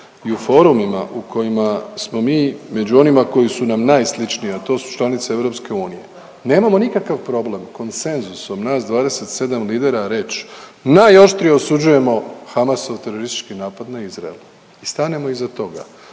i u forumima u kojima smo mi među onima koji su nam najsličniji, a to su članice EU, nemamo nikakav problem konsenzusom nas 27 lidera reć najoštrije osuđujemo Hamas teroristički napad na Izrael i stanemo iza toga